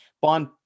Bond